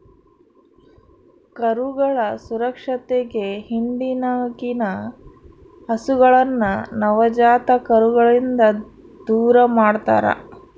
ಕರುಗಳ ಸುರಕ್ಷತೆಗೆ ಹಿಂಡಿನಗಿನ ಹಸುಗಳನ್ನ ನವಜಾತ ಕರುಗಳಿಂದ ದೂರಮಾಡ್ತರಾ